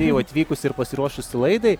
ji jau atvykusi ir pasiruošusi laidai